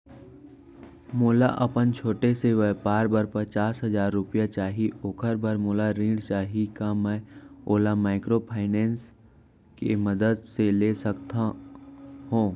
मोला अपन छोटे से व्यापार बर पचास हजार रुपिया चाही ओखर बर मोला ऋण चाही का मैं ओला माइक्रोफाइनेंस के मदद से ले सकत हो?